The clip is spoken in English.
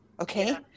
Okay